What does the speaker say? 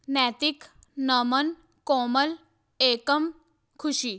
ਨੈਤਿਕ ਨਮਨ ਕੋਮਲ ਏਕਮ ਖੁਸ਼ੀ